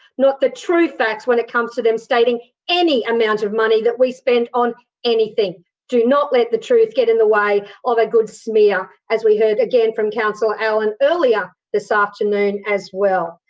not the true facts when it comes to them stating any amount of money that we spend on anything do not let the truth get in the way of a good smear as we heard again from councillor allan earlier this afternoon as well.